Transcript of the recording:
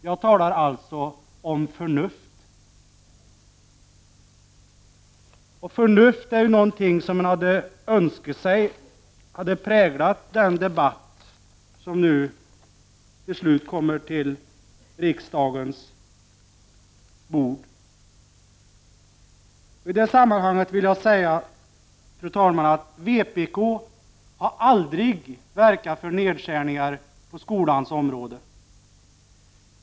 Vad jag här talar om är förnuft, och det är något som jag skulle ha önskat hade präglat den debatt som nu till slut förs här i riksdagen. I detta sammanhang vill jag säga, fru talman, att vpk aldrig har verkat för nedskärningar på skolans område.